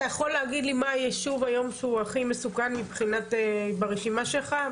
אתה יכול לומר מה היישוב היום שהוא הכי מסוכן ברשימה שלך?